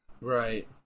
Right